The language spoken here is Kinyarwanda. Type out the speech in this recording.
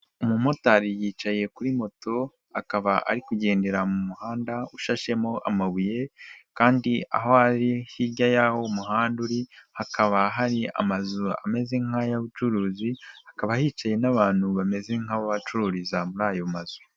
Umumotari yicaye kuri moto, akaba ari kugendera mu muhanda ushashemo amabuye, kandi aho ari hirya y'aho umuhanda uri hakaba hari amazu ameze nk'ay'abacuruzi, hakaba hicaye n'abantu bameze nk'abacururiza muri ayo mazu.